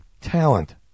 talent